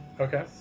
Okay